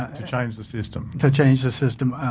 ah to change the system? to change the system,